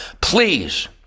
Please